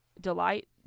delight